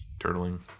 Turtling